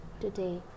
today